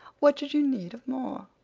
what should you need of more?